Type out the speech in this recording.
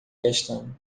questão